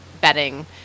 betting